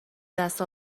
دست